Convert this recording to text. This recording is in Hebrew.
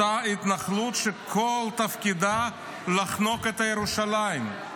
אותה התנחלות שכל תפקידה לחנוק את ירושלים,